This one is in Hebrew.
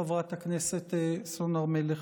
חברת הכנסת סון הר מלך.